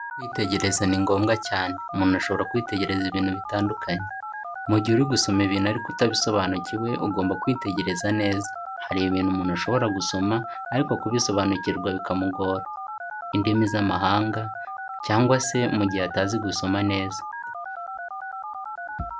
Kwitegereza ni ngombwa cyane, umuntu ashobora kwitegereza ibintu bitandukanye. Mu gihe uri gusoma ibintu ariko utabisobanukiwe, ugomba kwitegereza neza. Hari ibintu umuntu ashobora gusoma ariko kubisobanukirwa bikamugora, indimi z'amahanga cyangwa se mu gihe atazi gusoma neza.